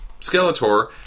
Skeletor